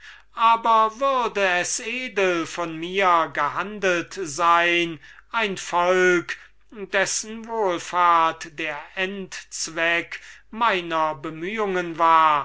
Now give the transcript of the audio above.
aber würde es edel von mir gehandelt sein ein volk dessen wohlfahrt der endzweck meiner bemühungen war